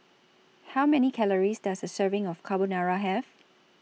How Many Calories Does A Serving of Carbonara Have